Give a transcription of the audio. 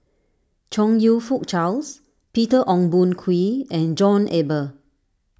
Chong You Fook Charles Peter Ong Boon Kwee and John Eber